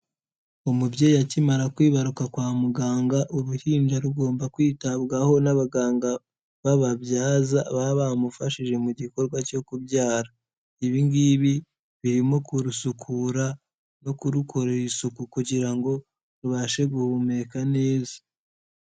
Umubyeyi akimara kwibaruka kwa muganga, uruhinja rugomba kwitabwaho n'abaganga b'ababyaza, baba bamufashije mu gikorwa cyo kubyara. Ibi ngibi birimo kurusukura no kurukorera isuku kugira ngo rubashe guhumeka neza.